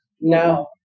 No